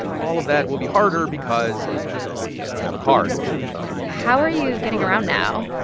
all of that will be harder because she doesn't have a car anymore how are you getting around now?